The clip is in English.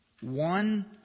One